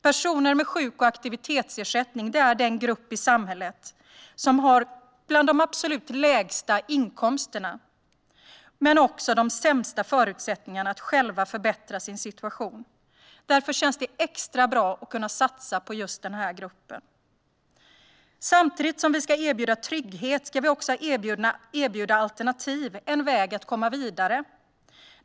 Personer med sjuk och aktivitetsersättning är den grupp i samhället som har bland de absolut lägsta inkomsterna och de sämsta förutsättningarna för att själva förbättra sin situation. Därför känns det extra bra att kunna satsa på just den gruppen. Samtidigt som vi ska erbjuda trygghet ska vi erbjuda alternativ - en väg att komma vidare.